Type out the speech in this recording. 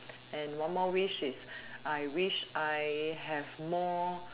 and one more wish is I wish I have more